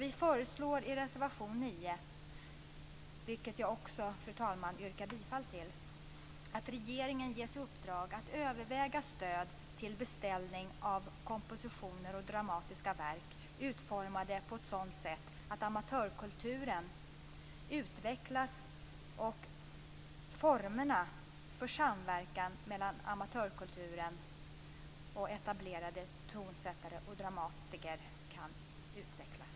Vi föreslår i reservation 9 - vilken jag yrkar bifall till, fru talman - att regeringen ges i uppdrag att överväga stöd till beställning av kompositioner och dramatiska verk utformade på ett sådant sätt att formerna för samverkan mellan amatörkulturen och etablerade tonsättare och dramatiker kan utvecklas.